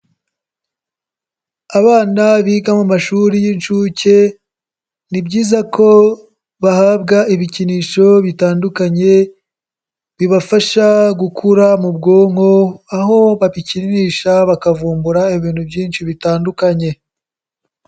Abana biga mu mashuri y'inshuke ni byiza ko bahabwa ibikinisho bitandukanye, bibafasha gukura mu bwonko aho babikinisha bakavumbura ibintu byinshi bitandukanye.